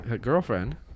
girlfriend